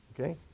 okay